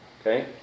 Okay